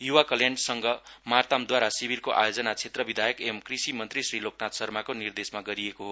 य्वा कल्याण संघ मार्तामद्ववारा शिविरको आयोजना क्षेत्र विधाक एंव कृषि मन्त्री श्री लोकनाथ वार्माको निर्देशमा गरिएको हो